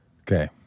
Okay